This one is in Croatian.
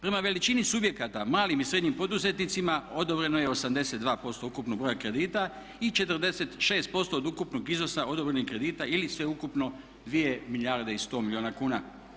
Prema veličini subjekata, malim i srednjim poduzetnicima odobreno je 82% ukupnog broja kredita i 46% od ukupnog iznosa odobrenih kredita ili sveukupno 2 milijarde i 100 milijuna kuna.